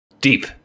deep